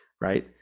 right